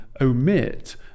omit